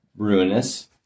Ruinous